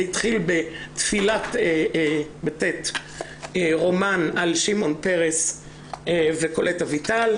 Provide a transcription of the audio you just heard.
זה התחיל בטפילת רומן של שמעון פרס וקולט אביטל,